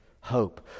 hope